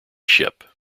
ship